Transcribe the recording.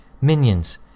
Minions